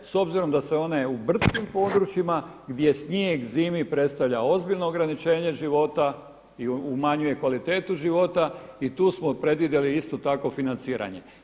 S obzirom da su one u brdskim područjima gdje snijeg zimi predstavlja ozbiljno ograničenje života i umanjuje kvalitetu života i tu smo predvidjeli isto tako financiranje.